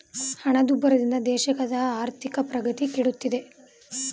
ಹಣದುಬ್ಬರದಿಂದ ದೇಶದ ಆರ್ಥಿಕ ಪ್ರಗತಿ ಕೆಡುತ್ತಿದೆ